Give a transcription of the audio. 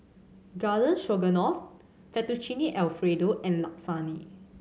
Garden Stroganoff Fettuccine Alfredo and Lasagne